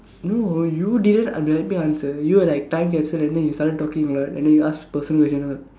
no you didn't let me answer you were like time capsule and then you started talking a lot and then you ask personal question